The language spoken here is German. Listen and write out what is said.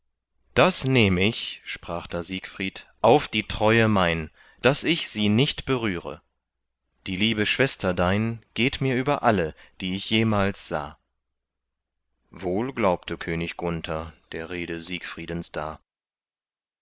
das nehm ich sprach da siegfried auf die treue mein daß ich sie nicht berühre die liebe schwester dein geht mir über alle die ich jemals sah wohl glaubte könig gunther der rede siegfriedens da